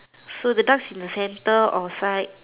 so the ducks in the center outside